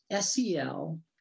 SEL